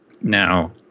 Now